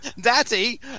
Daddy